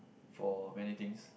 for many things